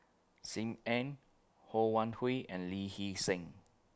SIM Ann Ho Wan Hui and Lee Hee Seng